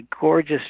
gorgeous